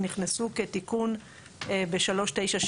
נכנסו כתיקון ב-396.